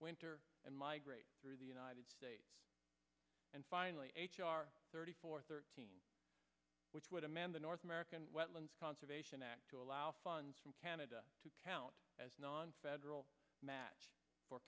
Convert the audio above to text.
winter and migrate through the united states and finally thirty four thirteen which would amend the north american wetlands conservation act to allow funds from canada to count as nonfederal match for